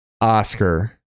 oscar